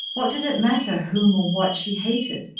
what did it matter whom or what she hated?